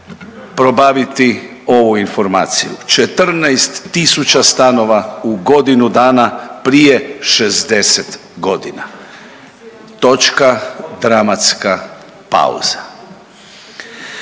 probaviti ovu informaciju 14000 stanova u godinu dana prije 60 godina. Točka dramatska pauza.